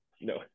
no